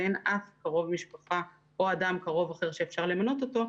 ואין אף קרוב משפחה או אדם קרוב אחר שאפשר למנות אותו,